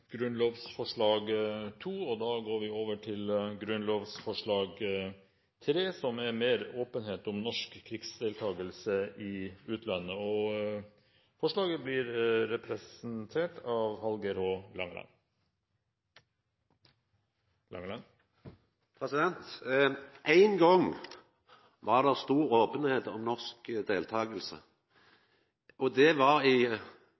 grunnlovsforslag 2. Grunnlovsforslag 3: Mer åpenhet om norsk krigsdeltagelse i utlandet Ein gong var det stor openheit om norsk deltaking. Det var i